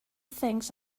things